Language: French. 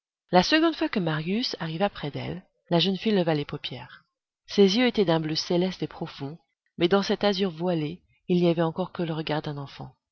la seconde fois que marius arriva près d'elle la jeune fille leva les paupières ses yeux étaient d'un bleu céleste et profond mais dans cet azur voilé il n'y avait encore que le regard d'un enfant